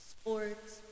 sports